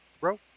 bro